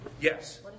yes